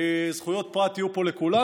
זכויות פרט יהיו פה לכולם,